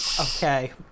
Okay